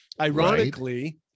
Ironically